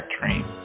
dream